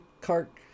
cart